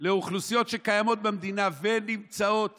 לאוכלוסיות שקיימות במדינה ונמצאות